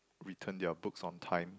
return their books on time